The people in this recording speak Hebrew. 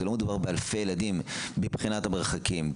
לא מדובר באלפי ילדים מבחינת המרחקים.